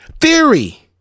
theory